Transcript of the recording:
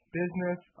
business